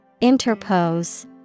Interpose